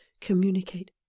Communicate